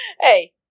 Hey